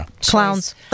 Clowns